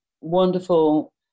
wonderful